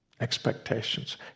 Expectations